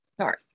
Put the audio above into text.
Sorry